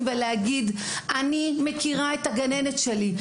ולהגיד - אני מכירה את הגננת שלי.